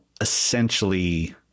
essentially